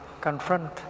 confront